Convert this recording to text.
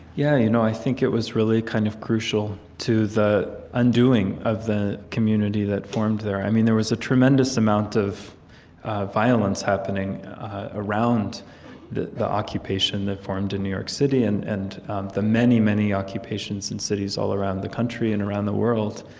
yeah, you know i think it was really kind of crucial to the undoing of the community that formed there. there was a tremendous amount of violence happening around the the occupation that formed in new york city and and the many, many occupations in cities all around the country and around the world.